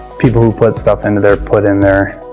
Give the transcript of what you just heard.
people who put stuff into there put in there,